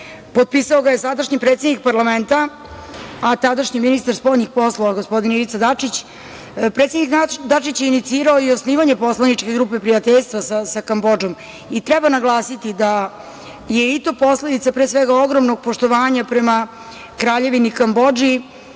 Potpisao ga je sadašnji predsednik parlamenta, a tadašnji ministar spoljnih poslova gospodin Ivica Dačić. Predsednik Dačić je inicirao i osnivanje poslaničke grupe prijateljstva sa Kambodžom. Treba naglasiti da je i to posledica ogromnog poštovanja prema Kraljevini Kambodži.